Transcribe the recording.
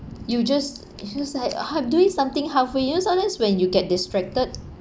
you just it feels like uh half doing something halfway you know sometimes when you get distracted